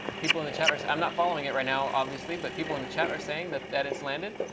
people in the chat are i'm not following it right now, obviously, but people in the chat are saying that that it's landed.